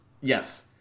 Yes